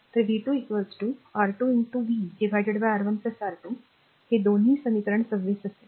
तर v 2 R2 v R1 R2 हे दोनही समीकरण 26 असेल